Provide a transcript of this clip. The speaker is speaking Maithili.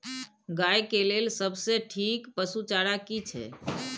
गाय के लेल सबसे ठीक पसु चारा की छै?